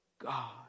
God